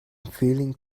feeling